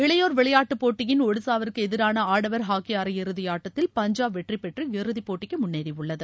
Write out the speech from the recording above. இளையோர் விளையாட்டு போட்டியின் ஒடிசாவிற்கு எதிரான ஆடவர் ஹாக்கிப் அரையிறுதியாட்டத்தில் பஞ்சாப் வெற்றிபெற்று இறுதிப்போட்டிக்கு முன்னேறியுள்ளது